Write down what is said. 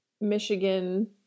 Michigan